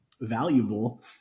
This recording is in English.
valuable